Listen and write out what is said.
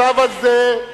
הצו הזה,